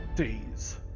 Days